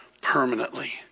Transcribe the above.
permanently